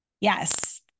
Yes